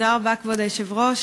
כבוד היושב-ראש,